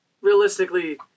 Realistically